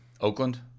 Oakland